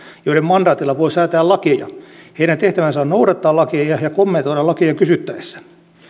joiden mandaatilla voi säätää lakeja heidän tehtävänsä on noudattaa lakeja ja kommentoida lakeja kysyttäessä